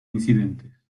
incidentes